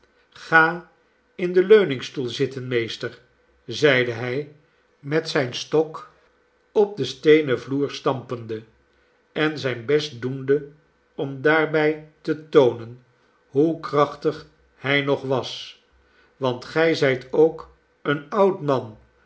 ga in den leuningstoel zitten meester zeide hij met zijn stok op den steenen vloer stampende en zijn best doende om daarbij te toonen hoe krachtig hij nog was want gij zijt ook een oud man